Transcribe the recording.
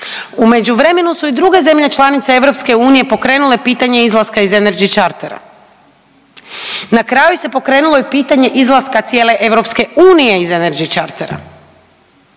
U međuvremenu su i druge zemlje članice Europske unije pokrenule pitanje izlaska iz Energy chartera. Na kraju se pokrenulo i pitanje izlaska cijele Europske unije iz Energy chartera.